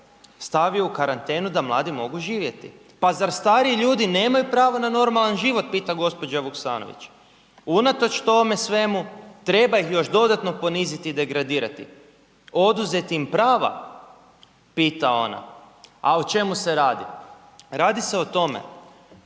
stavio u karantenu da mladi mogu živjeti. „Pa zar stariji ljudi nemaju pravo na normalan život?“, pita gospođa Vuksanović. „Unatoč tome svemu treba ih još dodano poniziti i degradirati, oduzeti im prava?“, pita ona. A o čemu se radi, radi se o tome